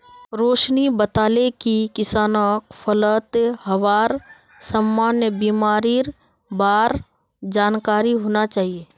रोशिनी बताले कि किसानक फलत हबार सामान्य बीमारिर बार जानकारी होना चाहिए